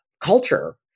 culture